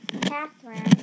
Catherine